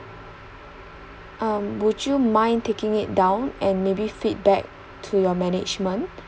um would you mind taking it down and maybe feedback to your management